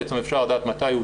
אפשר לדעת מתי הוא